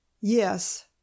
Yes